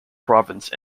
province